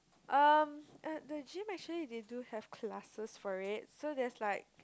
um at the gym actually they do have classes for it so there's like